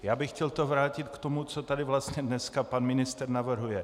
Já bych to chtěl vrátit k tomu, co tady vlastně dnes pan ministr navrhuje.